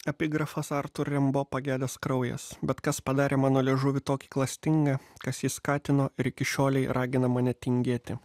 epigrafas artur rimbo pagedęs kraujas bet kas padarė mano liežuvį tokį klastingą kas jį skatino ir iki šiolei ragina mane tingėti